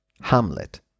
Hamlet